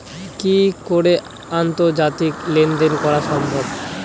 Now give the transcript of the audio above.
কি করে আন্তর্জাতিক লেনদেন করা সম্ভব?